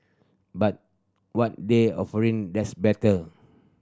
but what they offering that's better